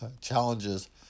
challenges